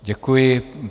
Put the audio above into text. Děkuji.